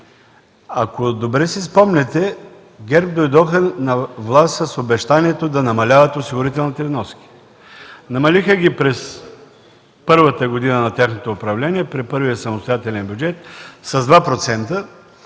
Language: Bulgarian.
ако добре си спомняте, ГЕРБ дойдоха на власт с обещанието да намаляват осигурителните вноски. Намалиха ги с 2 % през първата година на тяхното управление, при първия самостоятелен бюджет, и